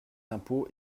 impôts